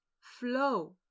flow